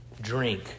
drink